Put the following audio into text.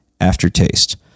aftertaste